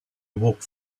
walk